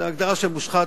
זו הגדרה של מושחת,